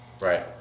Right